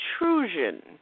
intrusion